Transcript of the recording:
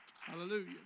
Hallelujah